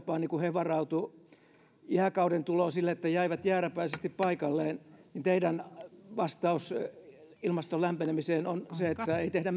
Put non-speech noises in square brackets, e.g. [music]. varautuivat jääkauden tuloon sillä että jäivät jääräpäisesti paikoilleen niin teidän vastauksenne ilmaston lämpenemiseen on se että ei tehdä [unintelligible]